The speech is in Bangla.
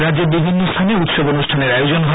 রাজ্যের বিভিন্ন স্হানে উৎসব অনুষ্ঠানের আয়োজন হয়